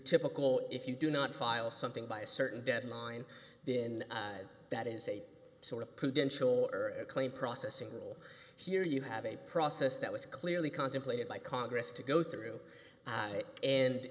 typical if you do not file something by a certain deadline then that is a sort of prudential claim processing rule here you have a process that was clearly contemplated by congress to go through it and